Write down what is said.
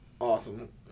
Awesome